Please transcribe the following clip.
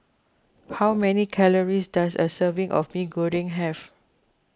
how many calories does a serving of Mee Goreng have